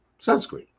sunscreen